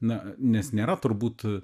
na nes nėra turbūt